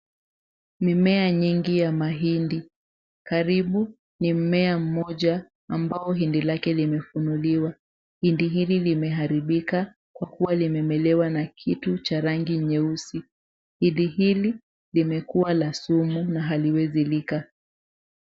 Mimea nyingi ya mahindi. Karibu ni mmea mmoja ambao hindi lake limefunuliwa. Hindi hili limeharikibika kwa kuwa limemelewa kitu cha rangi nyeusi. Hindi hili limekua la sumu na haliwezi lika.